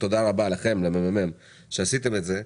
תודה רבה לממ"מ שעשיתם את זה,